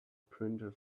printer